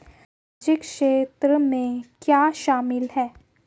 सामाजिक क्षेत्र में क्या शामिल है?